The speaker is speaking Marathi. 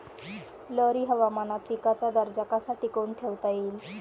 लहरी हवामानात पिकाचा दर्जा कसा टिकवून ठेवता येईल?